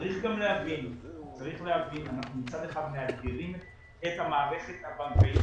צריך גם להבין שאנחנו מצד אחד מאתגרים את המערכת הבנקאית.